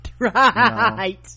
right